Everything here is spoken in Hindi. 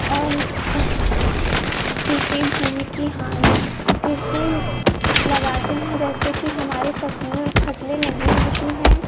और किसी भूमि की हानि कृषि लगाते हैं जैसे कि हमारे फसलें फसलें नहीं उगती हैं